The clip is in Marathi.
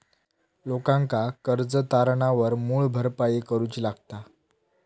लोकांका कर्ज तारणावर मूळ भरपाई करूची लागता